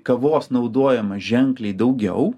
kavos naudojama ženkliai daugiau